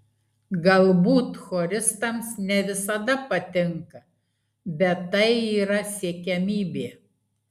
galbūt choristams ne visada patinka bet tai yra siekiamybė